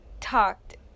talked